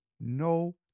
no